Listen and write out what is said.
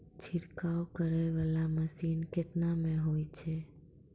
छिड़काव करै वाला मसीन केतना मे होय छै?